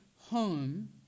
home